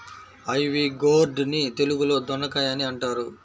ivy gourd ని తెలుగులో దొండకాయ అని అంటారు